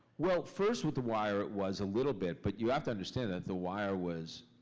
well, first with the wire it was a little bit, but you have to understand that the wire was.